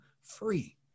free